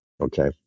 Okay